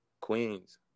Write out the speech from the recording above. Queens